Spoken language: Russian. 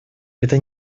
это